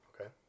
okay